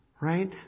Right